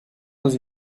dans